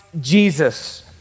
Jesus